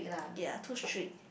ya too strict